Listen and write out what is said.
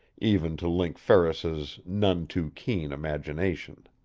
even to link ferris's none-too-keen imagination.